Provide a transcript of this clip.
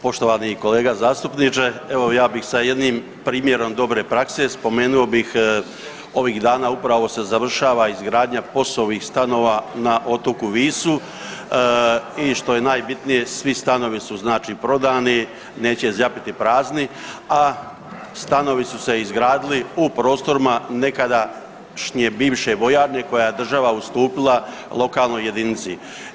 Poštovani kolega zastupniče, evo ja bih sa jednim primjerom dobre prakse spomenuo bih ovih dana upravo se završava izgradnja POS-ovih stanova na otoku Visu i što je najbitnije svi stanovi su prodani, neće zjapiti prazni, a stanovi su se izgradili u prostorima nekadašnje bivše vojarne koju je država ustupila lokalnoj jedinici.